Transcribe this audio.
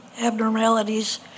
abnormalities